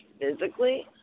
physically